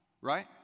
right